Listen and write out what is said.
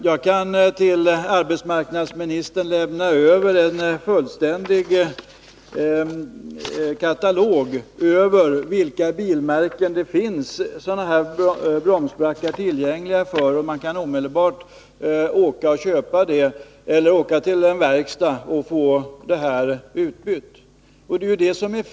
Jag kan till arbetsmarknadsministern lämna över en fullständig katalog över vilka bilmärken det finns sådana här bromsbackar tillgängliga för. Man kan omedelbart åka till en verkstad och få bromsbackarna utbytta, om man har en sådan bil.